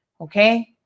okay